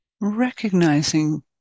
recognizing